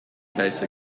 case